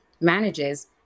manages